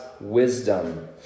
wisdom